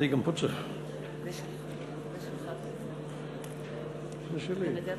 (חותם על ההצהרה) תכף,